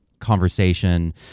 conversation